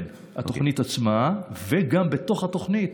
התוכנית עצמה, וגם בתוך התוכנית,